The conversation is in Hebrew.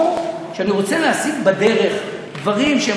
או שאני רוצה להשיג בדרך דברים שהם